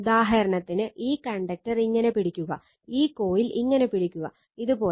ഉദാഹരണത്തിന് ഈ കണ്ടക്ടർ ഇങ്ങനെ പിടിക്കുക ഈ കോയിൽ ഇങ്ങനെ പിടിക്കുക ഇതുപോലെ